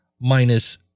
minus